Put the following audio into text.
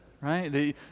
right